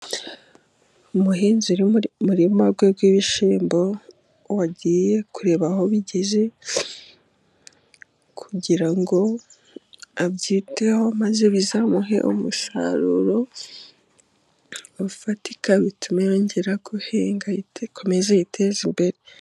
Umuhinzi uri murima we w'ibishyimbo, wagiye kureba aho bigeze kugira ngo abyiteho maze bizamuhe umusaruro ufatika, bitume yongera guhinga, akomeze yiteze imbere.